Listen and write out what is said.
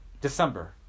December